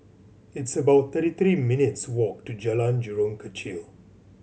it's about thirty three minutes' walk to Jalan Jurong Kechil